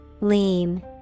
Lean